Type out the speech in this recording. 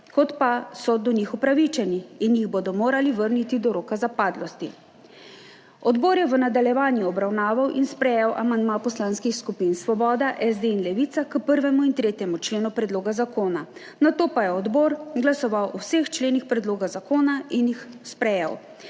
kot so do njih upravičeni in jih bodo morali vrniti do roka zapadlosti. Odbor je v nadaljevanju obravnaval in sprejel amandma poslanskih skupin Svoboda, SD in Levica k 1. in 3. členu predloga zakona, nato pa je odbor glasoval o vseh členih predloga zakona in jih sprejel.